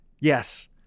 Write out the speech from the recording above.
Yes